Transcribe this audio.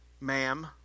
Ma'am